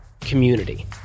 community